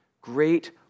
Great